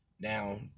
Now